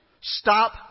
Stop